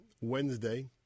wednesday